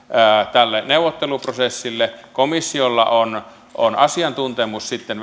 tälle neuvotteluprosessille komissiolla on on asiantuntemus sitten